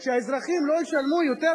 שהאזרחים לא ישלמו יותר,